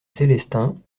célestins